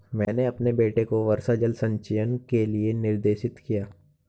मैंने अपने बेटे को वर्षा जल संचयन के लिए निर्देशित किया